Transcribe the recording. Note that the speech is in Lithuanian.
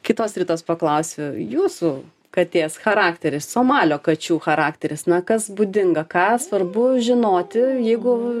kitos ritos paklausiu jūsų katės charakteris somalio kačių charakteris na kas būdinga ką svarbu žinoti jeigu